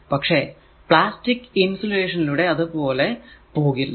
പക്ഷെ plastic insulation ലൂടെ അതുപോലെ പോകില്ല